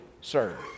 serve